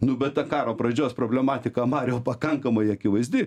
nu bet ta karo pradžios problematika mariau pakankamai akivaizdi